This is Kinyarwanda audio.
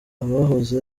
abahoze